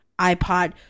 iPod